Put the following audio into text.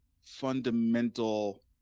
fundamental